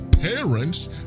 parents